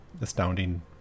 astounding